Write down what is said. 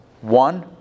One